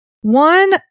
One